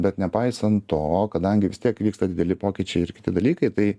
bet nepaisant to kadangi vis tiek vyksta dideli pokyčiai ir kiti dalykai tai